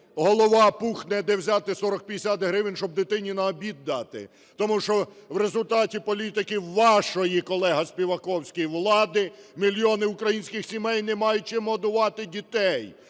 голова пухне, де взяти 40-50 гривень, щоб дитині на обід дати, тому що в результаті політики вашої, колега Співаковський, влади мільйони українських сімей не мають чим годувати дітей,